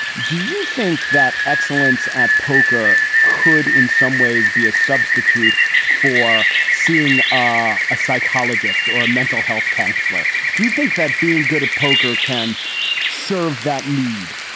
do you think that excellence at poker could in some ways be a substitute for seeing ah a psychologist or a mental health counselor? do you think that being good at poker can serve that need?